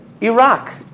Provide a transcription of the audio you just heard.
Iraq